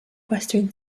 western